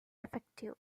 effective